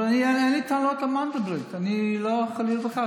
אבל אני, אין לי טענות למנדלבליט, חלילה וחס.